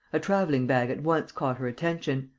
a travelling-bag at once caught her attention.